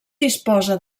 disposa